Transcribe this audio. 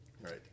Right